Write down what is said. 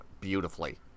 beautifully